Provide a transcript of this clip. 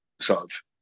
solve